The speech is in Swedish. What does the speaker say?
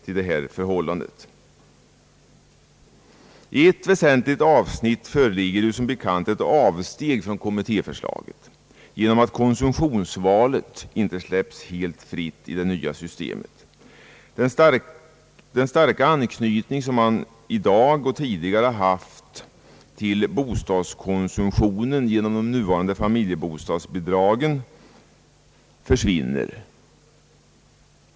I ett väsentligt avsnitt föreligger som bekant ett avsteg från kommittéförslaget genom att konsumtionsvalet inte släpps helt fritt i det nya systemet. Den starka anknytning som man i dag och tidigare haft till bostadskonsumtionen genom de nuvarande familjebostadsbidragen försvinner.